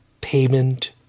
payment